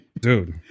dude